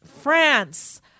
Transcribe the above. France